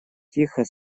тихо